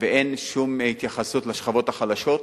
ואין שום התייחסות לשכבות החלשות.